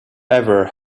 ever